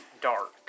Dark